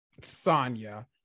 Sonya